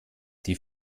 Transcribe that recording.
die